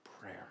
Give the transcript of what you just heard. Prayer